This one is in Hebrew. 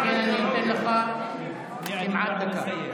לכן אתן לך כמעט דקה.